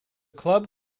club